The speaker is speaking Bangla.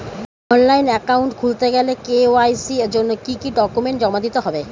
অনলাইন একাউন্ট খুলতে গেলে কে.ওয়াই.সি জন্য কি কি ডকুমেন্ট জমা দিতে হবে?